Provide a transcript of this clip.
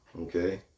Okay